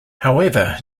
however